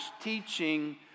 teaching